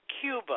Cuba